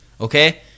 Okay